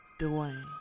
Dwayne